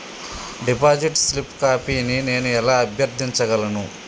Deposit slip కాపీని నేను ఎలా అభ్యర్థించగలను?